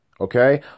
Okay